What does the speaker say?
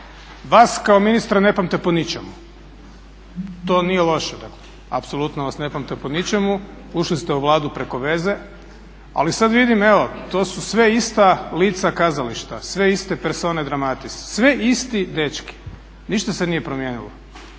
Vas kao ministra ne pamte po ničemu, to nije loše dakle, apsolutno vas ne pamte po ničemu, ušli ste u Vladu preko veze ali sad vidim evo to su sve ista lica kazališta, sve iste persone dramatis, sve isti dečki, ništa se nije promijenilo.